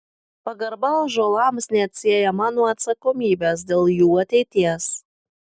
pagarba ąžuolams neatsiejama nuo atsakomybės dėl jų ateities